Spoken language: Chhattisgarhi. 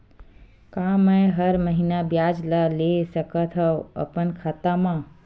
का मैं हर महीना ब्याज ला ले सकथव अपन खाता मा?